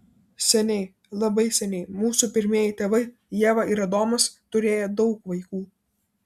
seniai labai seniai mūsų pirmieji tėvai ieva ir adomas turėję daug vaikų